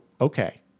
okay